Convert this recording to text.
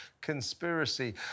conspiracy